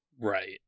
Right